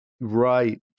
Right